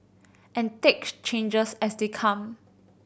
and take changes as they come